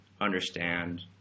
understand